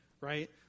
right